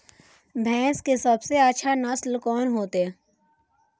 भैंस के सबसे अच्छा नस्ल कोन होते?